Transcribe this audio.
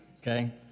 Okay